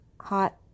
hot